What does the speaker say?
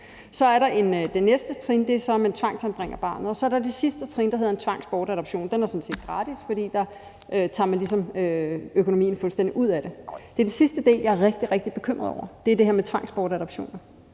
Så er der det næste trin, og det er, at man tvangsanbringer barnet. Så er der det sidste trin, der hedder tvangsbortadoption. Det er sådan set gratis, for der tager man ligesom økonomien fuldstændig ud af det. Det er det sidste trin, jeg er rigtig, rigtig bekymret over, altså det her med tvangsbortadoptioner.